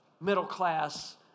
middle-class